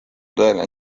tõeline